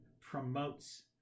promotes